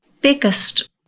biggest